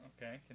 Okay